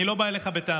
ואני לא בא אליך בטענות.